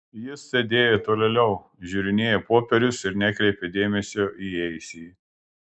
jis sėdėjo tolėliau žiūrinėjo popierius ir nekreipė dėmesio į įėjusįjį